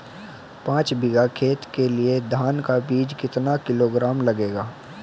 पाँच बीघा खेत के लिये धान का बीज कितना किलोग्राम लगेगा?